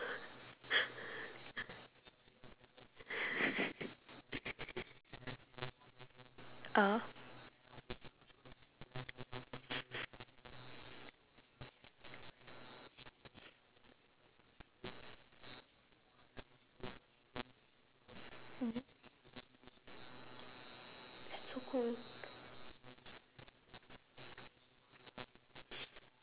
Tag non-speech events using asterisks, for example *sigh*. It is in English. *laughs* !huh! *noise* mmhmm that's so cool